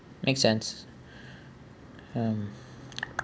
makes sense um